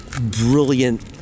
brilliant